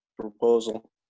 proposal